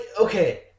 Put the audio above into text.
okay